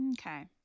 Okay